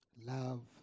love